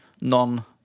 non-